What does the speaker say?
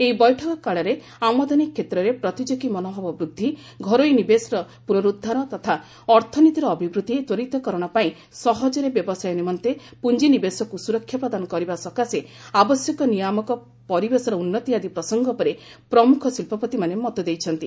ଏହି ବୈଠକ କାଳରେ ଆମଦାନୀ କ୍ଷେତ୍ରରେ ପ୍ରତିଯୋଗୀ ମନୋଭାବ ବୃଦ୍ଧି ଘରୋଇ ନିବେଶର ପୁନରୁଦ୍ଧାର ତଥା ଅର୍ଥନୀତିର ଅଭିବୃଦ୍ଧି ତ୍ୱରିତକରଣ ପାଇଁ ସହଜରେ ବ୍ୟବସାୟ ନିମନ୍ତେ ପୁଞ୍ଜିନିବେଶକୁ ସୁରକ୍ଷା ପ୍ରଦାନ କରିବା ସକାଶେ ଆବଶ୍ୟକ ନିୟାମକ ପରିବେଶର ଉନ୍ନତି ଆଦି ପ୍ରସଙ୍ଗ ଉପରେ ପ୍ରମୁଖ ଶିଳ୍ପପତିମାନେ ମତ ଦେଇଛନ୍ତି